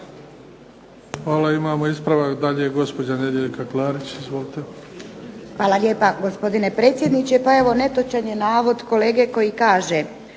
Hvala. Imamo ispravak dalje gospođa Nedjeljka Klarić. Izvolite. **Klarić, Nedjeljka (HDZ)** Hvala lijepa gospodine predsjedniče. Pa evo netočan je navod kolege koji kaže